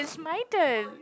is my turn